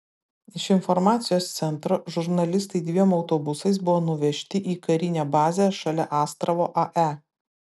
iš informacijos centro žurnalistai dviem autobusais buvo nuvežti į karinę bazę šalia astravo ae